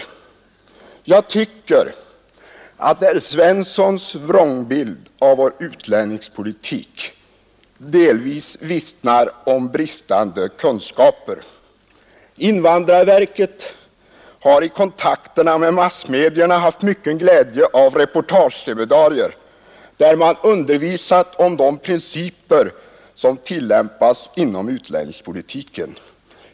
Jag tycker att herr Svenssons vrångbild av vår utlänningspolitik delvis vittnar om bristande kunskaper. Invandrarverket har i kontakterna med massmedierna haft mycken glädje av reportageseminarier där man undervisat om de principer som tillämpas inom utlänningspolitiken.